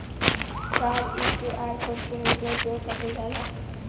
साहब इ QR code के कइसे उपयोग करल जाला?